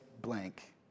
blank